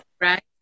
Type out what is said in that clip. Right